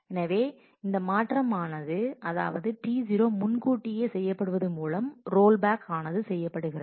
எனவே இந்த மாற்றம் அதாவதுT0 முன்கூட்டி செய்யப்படுவது மூலம் ரோல் பேக் ஆனது செய்யப்படுகிறது